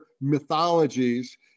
mythologies